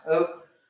Oops